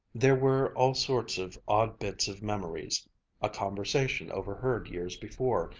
there were all sorts of odd bits of memories a conversation overheard years before,